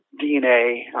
DNA